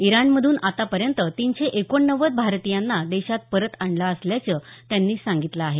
इराणमधून आतापर्यंत तीनशे एकोणनव्वद भारतीयांना देशात परत आणलं असल्याचं त्यांनी सांगितलं आहे